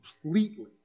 completely